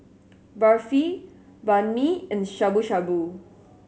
Barfi Banh Mi and Shabu Shabu